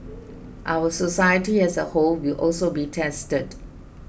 our society as a whole will also be tested